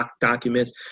documents